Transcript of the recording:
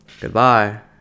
Goodbye